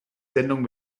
sendung